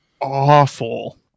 awful